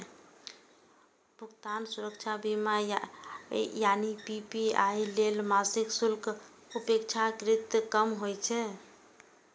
भुगतान सुरक्षा बीमा यानी पी.पी.आई लेल मासिक शुल्क अपेक्षाकृत कम होइ छै